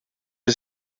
you